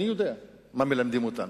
אני יודע מה מלמדים אותם.